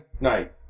night